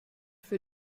für